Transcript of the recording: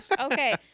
okay